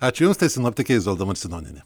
ačiū jums tai sinoptikė izolda marcinonienė